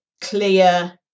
clear